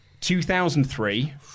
2003